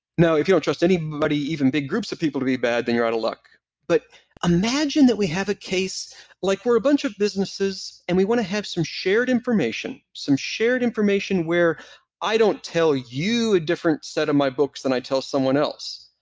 now if you don't trust anybody, even big groups of people, to be bad, then you're out of luck but imagine that we have a case that. like we're a bunch of businesses, and we want to have some shared information. some shared information where i don't tell you a different set of my books than i tell someone else.